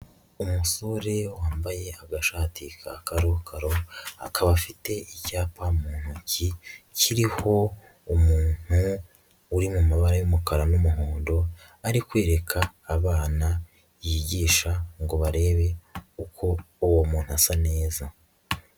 Umusore wambaye agashati ka karokaro, akaba afite icyapa mu ntoki kiriho umuntu uri mu mabara y'umukara n'umuhondo, ari kwereka abana yigisha ngo barebe uko uwo muntu asa neza.